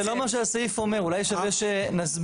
זה לא מה שהסעיף אומר, אולי שווה שנסביר.